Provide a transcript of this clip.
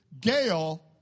Gail